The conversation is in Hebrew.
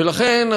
ולכן,